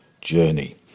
journey